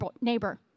neighbor